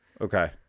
Okay